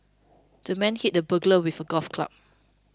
the man hit the burglar with a golf club